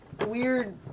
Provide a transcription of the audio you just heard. weird